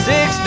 Six